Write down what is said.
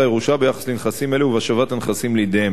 הירושה ביחס לנכסים אלה ובהשבת הנכסים לידיהם.